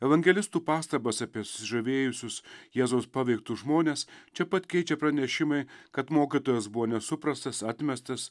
evangelistų pastabos apie susižavėjusius jėzaus paveiktus žmones čia pat keičia pranešimai kad mokytojas buvo nesuprastas atmestas